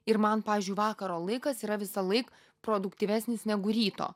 ir man pavyzdžiui vakaro laikas yra visąlaik produktyvesnis negu ryto